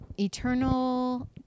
Eternal